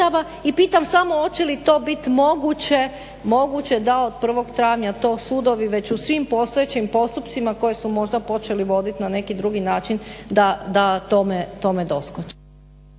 I pitam samo hoće li to biti moguće da od 1.travnja to sudovi već u svim postojećim postupcima koji su možda počeli voditi na neki drugi način da tome doskoče?